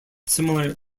similar